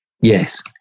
Yes